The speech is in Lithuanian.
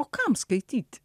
o kam skaityti